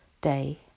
day